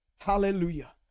Hallelujah